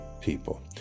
people